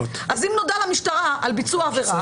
אז אם נודע למשטרה על ביצוע עבירה,